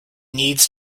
needs